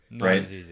Right